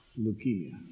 leukemia